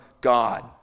God